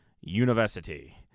University